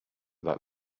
that